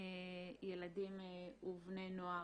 ילדים ובני נוער.